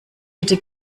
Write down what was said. hätte